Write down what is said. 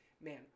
Man